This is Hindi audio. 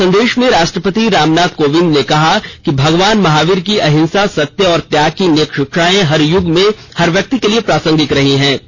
अपने संदेश में राष्ट्रपति रामनाथ कोविंद ने कहा कि भगवान महावीर की अंहिसा सत्य और त्याग की नेक शिक्षाएं हर यूग में हर व्यक्ति के लिए प्रासंगिक रही हैं